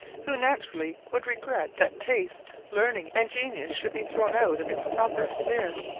who naturally would regret that taste, learning, and genius should be thrown out of its proper sphere.